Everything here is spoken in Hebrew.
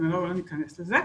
לא ניכנס לזה,